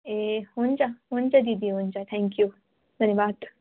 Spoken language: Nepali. ए हुन्छ हुन्छ दिदी हुन्छ थ्याङ्कयु धन्यवाद